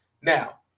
Now